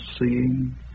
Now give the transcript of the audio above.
seeing